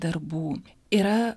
darbų yra